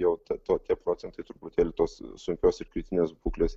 jau tokie procentai truputėlį tos sunkios ir kritinės būklės